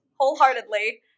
Wholeheartedly